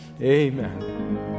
Amen